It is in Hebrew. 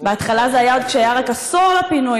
בהתחלה זה היה עוד כשהיה רק עשור לפינוי